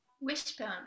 Wishbone